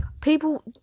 people